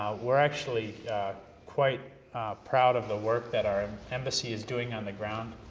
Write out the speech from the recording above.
we're actually quite proud of the work that our embassy is doing on the ground,